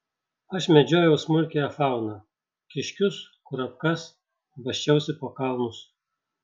aš medžiojau smulkiąją fauną kiškius kurapkas basčiausi po kalnus